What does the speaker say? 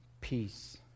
peace